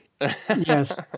Yes